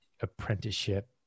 apprenticeship